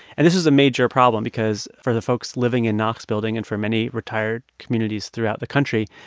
and this was a major problem because for the folks living in naakh's building and for many retired communities throughout the country,